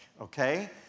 okay